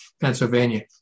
Pennsylvania